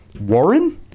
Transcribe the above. Warren